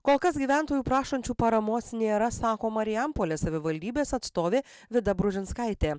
kol kas gyventojų prašančių paramos nėra sako marijampolės savivaldybės atstovė vida bružinskaitė